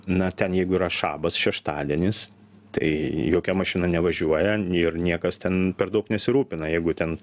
na ten jeigu yra šabas šeštadienis tai jokia mašina nevažiuoja ir niekas ten per daug nesirūpina jeigu ten